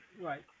Right